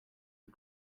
you